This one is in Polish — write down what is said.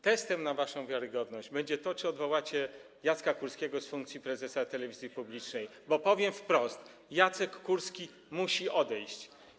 Testem na waszą wiarygodność będzie to, czy odwołacie Jacka Kurskiego z funkcji prezesa telewizji publicznej, bo powiem wprost: Jacek Kurski musi odejść.